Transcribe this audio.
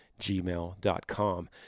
gmail.com